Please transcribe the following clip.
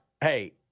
hey